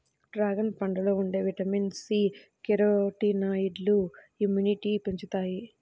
dragon పండులో ఉండే vitamin C, కెరోటినాయిడ్లు ఇమ్యునిటీని పెంచుతాయి